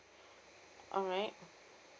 alright